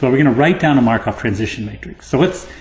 but we're gonna write down a markov transition matrix. so let's,